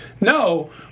no